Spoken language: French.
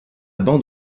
bande